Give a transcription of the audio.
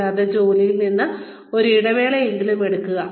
കൂടാതെ ജോലിയിൽ നിന്ന് ഒരു ഇടവേളയെങ്കിലും എടുക്കുക